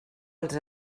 els